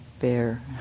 bear